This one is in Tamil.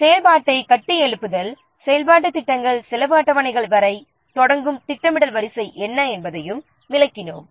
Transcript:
செயல்பாட்டைக் கட்டியெழுப்புதல் செயல்பாட்டுத் திட்டங்கள் செலவு அட்டவணைகள் திட்டமிடல் வரிசை என்ன என்பதையும் விளக்கினோம்